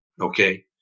Okay